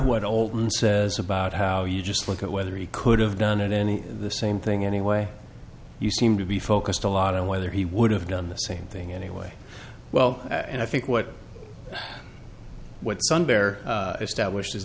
what olten says about how you just look at whether he could have done any the same thing anyway you seem to be focused a lot on whether he would have done the same thing anyway well and i think what what sun bear established is